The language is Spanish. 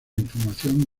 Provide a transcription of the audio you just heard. información